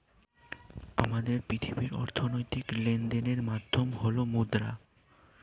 আমাদের পৃথিবীর অর্থনৈতিক লেনদেনের মাধ্যম হল মুদ্রা